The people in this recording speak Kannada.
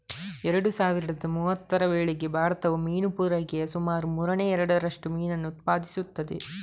ಎರಡು ಸಾವಿರದ ಮೂವತ್ತರ ವೇಳೆಗೆ ಭಾರತವು ಮೀನು ಪೂರೈಕೆಯ ಸುಮಾರು ಮೂರನೇ ಎರಡರಷ್ಟು ಮೀನನ್ನು ಉತ್ಪಾದಿಸುತ್ತದೆ